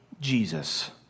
Jesus